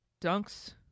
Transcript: dunks